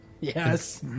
Yes